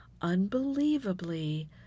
unbelievably